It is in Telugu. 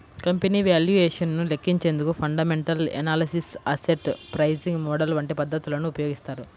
కంపెనీ వాల్యుయేషన్ ను లెక్కించేందుకు fundamental analysis, asset pricing model వంటి పద్ధతులను ఉపయోగిస్తారు